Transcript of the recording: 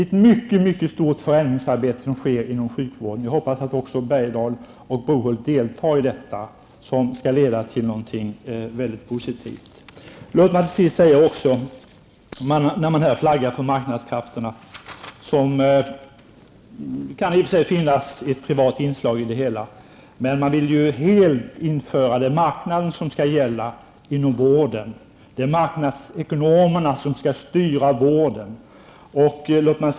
Ett mycket stort förändringsarbete sker inom sjukvården, och jag hoppas att Johan Brohult och Leif Bergdahl också deltar i detta och att det kommer att leda till något positivt. Låt mig till sist säga att när man här flaggar för marknadskrafterna -- det kan i och för sig finnas ett privat inslag i det hela -- vill man att marknaden helt skall gälla inom vården och att marknadsekonomerna skall styra vården.